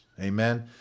Amen